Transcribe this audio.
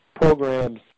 programs